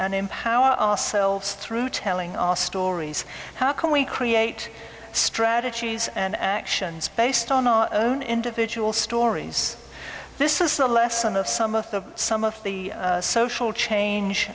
and empower ourselves through telling our stories how can we create strategies and actions based on our own individual stories this is the lesson of some of the some of the social change